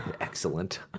excellent